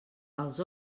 els